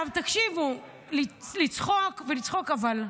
עכשיו תקשיבו, לצחוק, לצחוק, אבל,